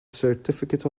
certificate